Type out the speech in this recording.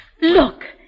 Look